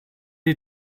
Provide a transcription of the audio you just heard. die